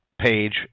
page